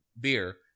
beer